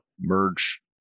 merge